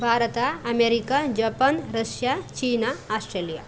Bharat America Japan Russia China Australia